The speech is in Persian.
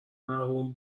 محروم